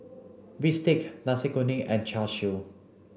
Bistake Nasi Kuning and Char Siu